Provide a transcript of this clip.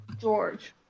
George